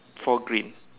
four green